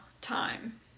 time